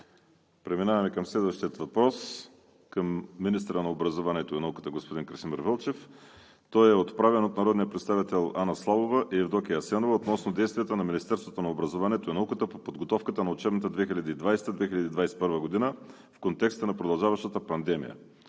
Преминаваме към следващия въпрос към министъра на образованието и науката господин Красимир Вълчев. Той е отправен от народните представители Анна Славова и Евдокия Асенова относно действията на Министерството на образованието и науката по подготовката на учебната 2020 – 2021 г. в контекста на продължаващата пандемия.